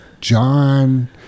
John